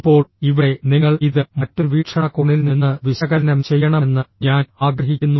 ഇപ്പോൾ ഇവിടെ നിങ്ങൾ ഇത് മറ്റൊരു വീക്ഷണകോണിൽ നിന്ന് വിശകലനം ചെയ്യണമെന്ന് ഞാൻ ആഗ്രഹിക്കുന്നു